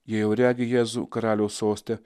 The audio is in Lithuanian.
jie jau regi jėzų karaliaus soste